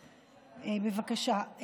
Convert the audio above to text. בבקשה.